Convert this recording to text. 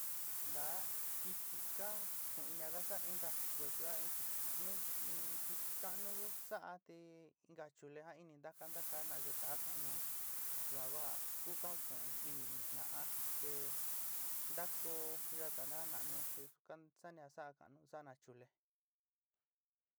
Ntaá kɨtɨ ka juku'ún inií ja ka sa'a inka chi va yuan in kɨtɨ in kiti kaanu ku saa te inka chuleé ja ini ntaja nta kanayo taka nu yuan ku ja ku ka jukuún ini nu ta'án te ntakó yatana na'anu te suka saní ja saá kaánu saani a chulé.